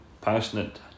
passionate